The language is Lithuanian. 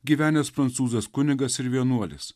gyvenęs prancūzas kunigas ir vienuolis